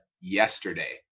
yesterday